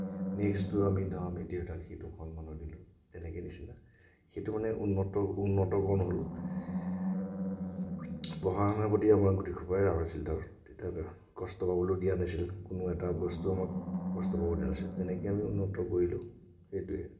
নেক্সটটো আমি দেউতাই সেইটো সন্মানো দিলোঁ তেনেকৈ সেইটো মানে উন্নতকৰণ হ'ল পঢ়া শুনাৰ প্ৰতি আমাৰ গোটেই সোপাৰে ৰাপ আছিলে কষ্ট পাবলৈও দিয়া নাছিল কোনো এটা বস্তু আমাক কষ্ট পাবলৈ দিয়া নাছিল তেনেকৈ আমি উন্নত কৰিলোঁ সেইটোয়ে